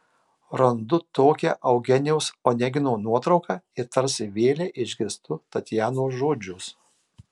randu tokią eugenijaus onegino nuotrauką ir tarsi vėlei išgirstu tatjanos žodžius